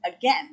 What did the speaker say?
again